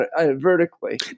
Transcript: vertically